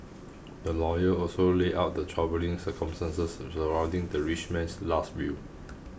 the lawyer also laid out the troubling circumstances surrounding the rich man's last will